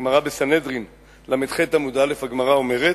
בסנהדרין ל"ח עמוד א' נאמר: